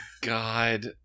god